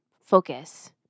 focus